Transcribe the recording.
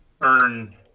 earn